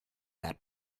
that